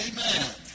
Amen